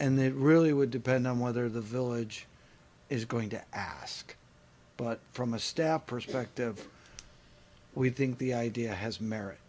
they really would depend on whether the village is going to ask but from a staff person active we think the idea has merit